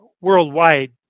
worldwide